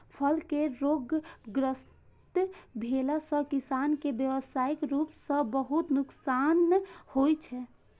फल केर रोगग्रस्त भेला सं किसान कें व्यावसायिक रूप सं बहुत नुकसान होइ छै